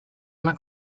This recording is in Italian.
una